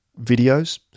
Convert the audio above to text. videos